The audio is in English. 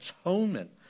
atonement